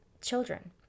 children